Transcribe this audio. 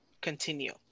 continue